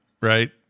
right